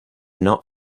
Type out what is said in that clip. not